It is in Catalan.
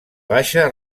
baixa